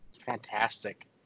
Fantastic